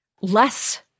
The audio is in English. less